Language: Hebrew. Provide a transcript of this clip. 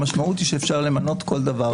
המשמעות היא שאפשר למנות כל דבר.